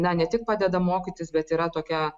na ne tik padeda mokytis bet yra tokia